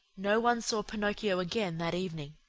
no one saw pinocchio again that evening.